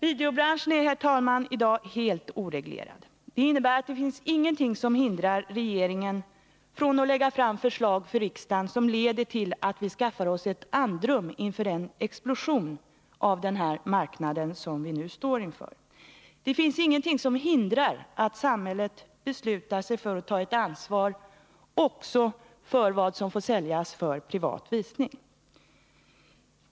Videobranschen är, herr talman, i dag helt oreglerad. Det innebär att det inte finns någonting som hindrar regeringen från att lägga fram förslag för riksdagen som leder till att vi skaffar oss ett andrum inför den explosion av den här marknaden som vi nu står inför. Det finns ingenting som hindrar att samhället beslutar sig för att ta ett ansvar också för vad som får säljas för privat visning.